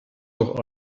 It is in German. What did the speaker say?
noch